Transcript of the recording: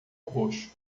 roxo